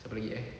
siapa lagi eh